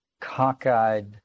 cockeyed